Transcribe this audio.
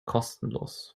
kostenlos